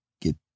get